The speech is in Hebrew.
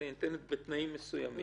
אלא היא ניתנת בתנאים מסוימים.